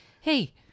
hey